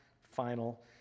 final